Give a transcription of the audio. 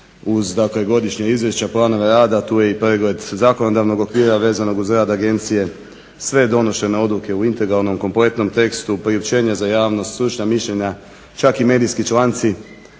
uz dakle godišnja izvješća, planove rada tu je i pregled zakonodavnog okvira vezanog uz rad agencije, sve donesene odluke u integralnom kompletnom tekstu, priopćenje za javnost, stručna mišljenja čak i medijski članci.